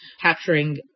capturing